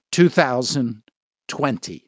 2020